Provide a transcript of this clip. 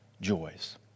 joys